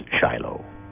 Shiloh